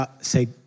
say